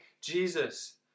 Jesus